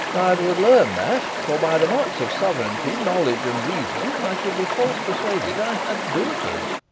i would learn that for, by the marks of sovereignty, knowledge, and reason, i should be false persuaded i had daughters.